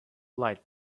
light